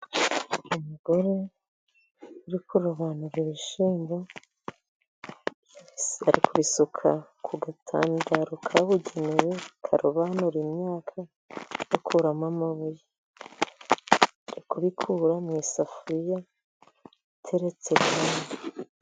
Umugore uri kurobanura ibishyimbo, ari kubisuka ku gatangadaro kabugenewe, karobanura imyaka gakuramo amabuye. Ari kubikura mu isafuriya iteretse ku...